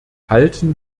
halten